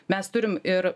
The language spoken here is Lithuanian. mes turim ir